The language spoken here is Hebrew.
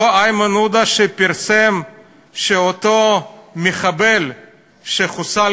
אותו איימן עודה שפרסם שאותו מחבל שחוסל